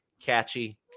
Catchy